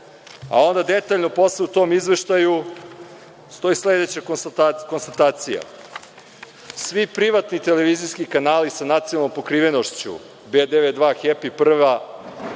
detaljno posle u tom izveštaju stoji sledeća konstatacija. Svi privatni televizijski kanali sa nacionalnom pokrivenošću „B92“,